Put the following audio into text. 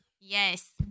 Yes